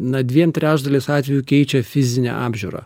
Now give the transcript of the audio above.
na dviem trečdaliais atvejų keičia fizinę apžiūrą